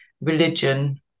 religion